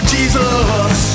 Jesus